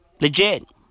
Legit